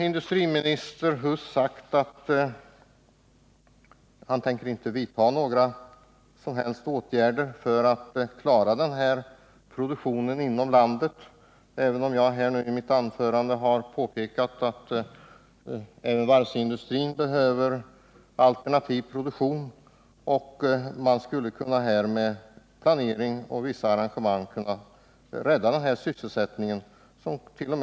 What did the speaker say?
Industriminister Huss har nu sagt att han inte tänker vidta några som helst åtgärder för att behålla denna produktion inom landet. Jag har emellertid pekat på det behov av alternativ produktion som föreligger inom varvsindustrin och framhållit att det skulle vara möjligt att rädda tillverkningen genom att låta den ingå som alternativ produktion vid något av varven.